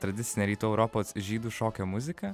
tradicinė rytų europos žydų šokio muzika